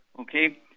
okay